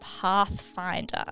Pathfinder